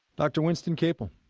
dr. winston capel.